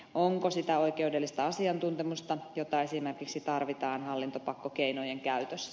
onko sitä oikeudellista asiantuntemusta jota esimerkiksi tarvitaan hallintopakkokeinojen käytössä